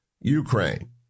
Ukraine